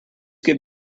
give